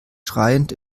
schreiend